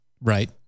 Right